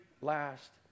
last